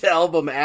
album